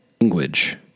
Language